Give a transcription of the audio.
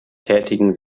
tätigen